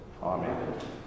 Amen